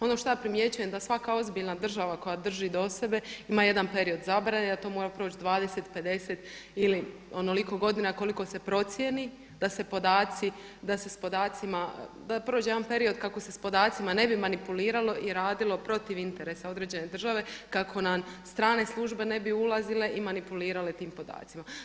Ono što ja primjećujem da svaka ozbiljna država koja drži do sebe ima jedan period zabrane da to mora proći 20, 50, ili onoliko godina koliko se procijeni da se podaci, da prođe jedan period kako se s podacima ne bi manipuliralo i radilo protiv interesa određene države kako nam strane službe ne bi ulazile i manipulirale tim podacima.